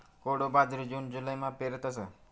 कोडो बाजरी जून जुलैमा पेरतस